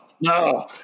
no